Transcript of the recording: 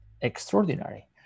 extraordinary